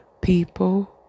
people